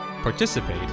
participate